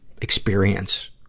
experience